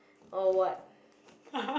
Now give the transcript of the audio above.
or what